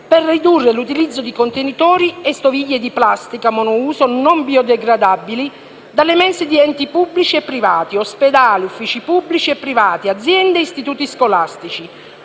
per ridurre l'utilizzo di contenitori e stoviglie di plastica monouso non biodegradabili dalle mense di enti pubblici e privati, ospedali, uffici pubblici e privati, aziende e istituti scolastici,